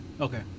Okay